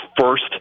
first